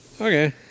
Okay